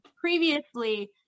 previously